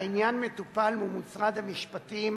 העניין מטופל מול משרד המשפטים,